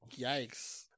yikes